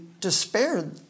despaired